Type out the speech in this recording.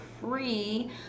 free